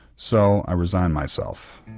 so i resigned myself.